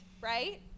right